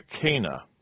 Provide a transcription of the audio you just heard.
Cana